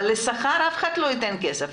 אבל לשכר אף אחד לא ייתן כסף.